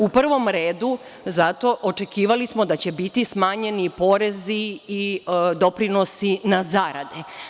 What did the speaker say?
U prvom redu očekivali smo da će biti smanjeni porezi i doprinosi na zarade.